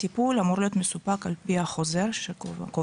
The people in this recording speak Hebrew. הטיפול אמור להיות מסופק על פי החוזר שקובע